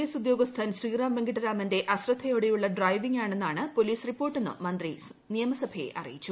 S ഉദ്യോഗസ്ഥൻ ശ്രീറാം വെങ്കിട്ടരാമന്റെ അശ്രദ്ധയോടെയുള്ള ഡ്രൈവിംഗാണ്ണെന്നാണ് പോലീസ് റിപ്പോർട്ടെന്നും മന്ത്രി നിയമസഭയെി അറിയിച്ചു